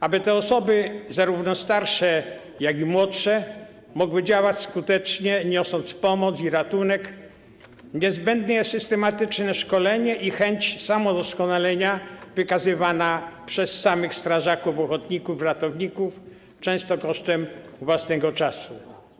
Aby te osoby, zarówno starsze, jak i młodsze, mogły działać skutecznie, niosąc pomoc i ratunek, niezbędne jest systematyczne szkolenie i chęć samodoskonalenia wykazywana przez samych strażaków ochotników ratowników, często kosztem własnego czasu.